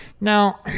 now